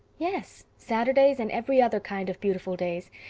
yes, saturdays, and every other kind of beautiful days.